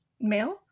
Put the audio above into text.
male